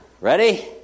Ready